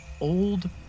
old